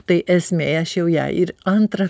tai esmė aš jau ją ir antrą